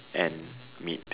and meat